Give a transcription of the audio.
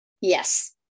Yes